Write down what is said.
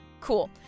Cool